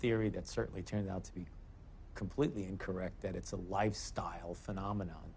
theory that certainly turned out to be completely incorrect that it's a lifestyle phenomenon